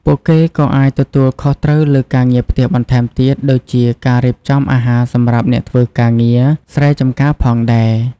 ពួកគេក៏អាចទទួលខុសត្រូវលើការងារផ្ទះបន្ថែមទៀត ដូចជាការរៀបចំអាហារសម្រាប់អ្នកធ្វើការងារស្រែចម្ការផងដែរ។